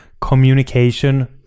communication